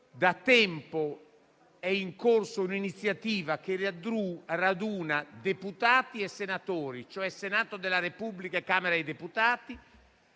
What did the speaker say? da tempo è in corso un'iniziativa che raduna deputati e senatori, cioè Senato della Repubblica e Camera dei deputati.